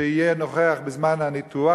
שיהיה נוכח בזמן הניתוח,